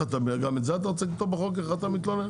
גם את זה אתה רוצה לכתבו בחוק, איך אתה מתלונן?